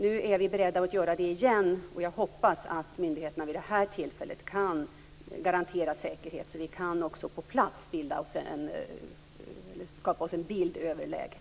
Nu är vi beredda att försöka igen, och jag hoppas att myndigheterna kan garantera säkerheten vid det här tillfället, så att vi också på plats kan skapa oss en bild av läget.